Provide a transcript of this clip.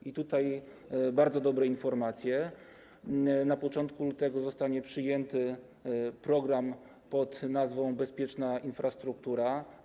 I tutaj bardzo dobre informacje: na początku lutego zostanie przyjęty program pod nazwą „Bezpieczna infrastruktura”